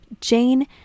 Jane